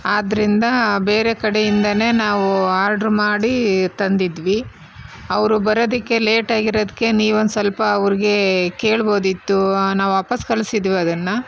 ಆದ್ರಿಂದ ಬೇರೆ ಕಡೆಯಿಂದನೇ ನಾವು ಆರ್ಡ್ರು ಮಾಡಿ ತಂದ್ದಿದ್ವಿ ಅವರು ಬರೋದಿಕ್ಕೆ ಲೇಟ್ ಆಗಿರೋದ್ಕೆ ನೀವೊಂದು ಸ್ವಲ್ಪ ಅವರಿಗೆ ಕೇಳ್ಬೋದಿತ್ತು ನಾವು ವಾಪಸ್ಸು ಕಳಿಸಿದ್ವಿ ಅದನ್ನು